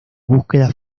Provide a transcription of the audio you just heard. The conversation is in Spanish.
búsqueda